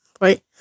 right